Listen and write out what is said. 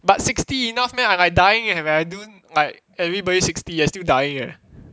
but sixty enough meh I like dying eh when I do like everybody sixty and still dying eh